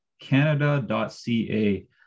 Canada.ca